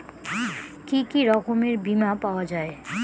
কি কি রকমের বিমা পাওয়া য়ায়?